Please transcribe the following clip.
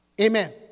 Amen